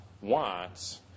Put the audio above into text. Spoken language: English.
wants